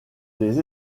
des